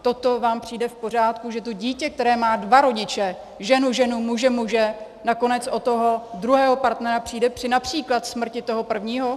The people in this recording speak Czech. Toto vám přijde v pořádku, že to dítě, které má dva rodiče: ženu ženu, muže muže, nakonec o toho druhého partnera přijde při například smrti toho prvního?